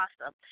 awesome